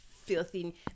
filthy